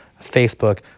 Facebook